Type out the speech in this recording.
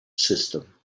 system